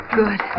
good